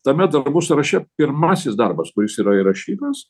tame darbų sąraše pirmasis darbas kuris yra įrašytas